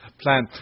plan